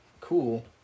cool